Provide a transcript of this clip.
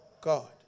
God